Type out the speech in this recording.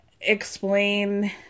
explain